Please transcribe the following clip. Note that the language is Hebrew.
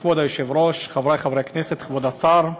כבוד היושב-ראש, חברי חברי הכנסת, כבוד השר,